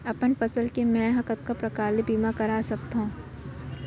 अपन फसल के मै ह कतका प्रकार ले बीमा करा सकथो?